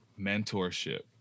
mentorship